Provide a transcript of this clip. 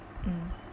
mm